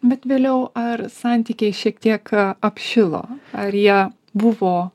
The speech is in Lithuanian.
bet vėliau ar santykiai šiek tiek apšilo ar jie buvo